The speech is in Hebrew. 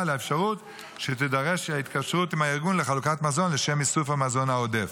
לאפשרות שתידרש התקשרות עם ארגון לחלוקת מזון לשם איסוף המזון העודף.